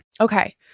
Okay